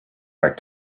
back